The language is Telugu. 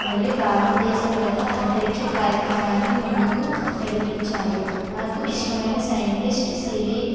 మరియు భారతదేశం యొక్క అంతరిక్ష కార్యక్రమాన్ని ముందుకు నడిపించాడు నాకు ఇష్టమైన సైంటిస్ట్ సివి